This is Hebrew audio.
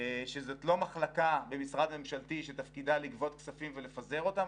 שזאת לא מחלקה במשרד ממשלתי שתפקידה לגבות כספים ולפזר אותם,